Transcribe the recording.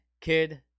kid